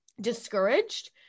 discouraged